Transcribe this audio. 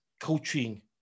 coaching